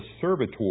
servitor